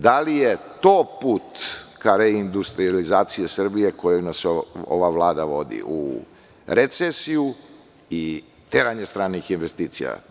Da li je to put ka reindustrijalizaciji Srbije, kojim nas ova Vlada vodi u recesiju i teranje stranih investicija?